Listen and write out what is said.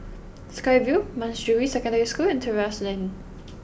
Sky Vue Manjusri Secondary School and Terrasse Lane